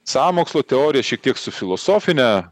sąmokslo teorijas šiek tiek su filosofine